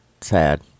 sad